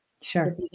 Sure